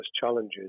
challenges